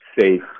safe